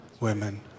women